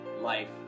life